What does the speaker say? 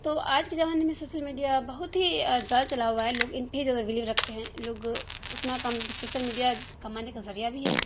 تو آج کے زمانے میں سوسل میڈیا بہت ہی زیادہ چلا ہوا ہے لوگ ان پہ ہی زیادہ بلیو رکھتے ہیں لوگ اتنا کم بھی سوسل میڈیا کمانے کا ذریعہ بھی ہے